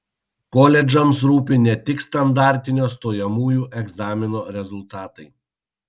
koledžams rūpi ne tik standartinio stojamųjų egzamino rezultatai